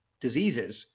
diseases